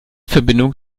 verbindung